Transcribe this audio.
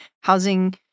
housing